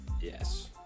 Yes